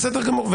בסדר גמור,